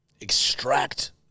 extract